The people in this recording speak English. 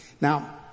Now